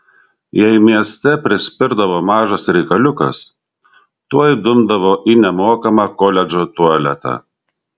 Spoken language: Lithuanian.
jei mieste prispirdavo mažas reikaliukas tuoj dumdavo į nemokamą koledžo tualetą